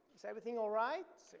is everything alright?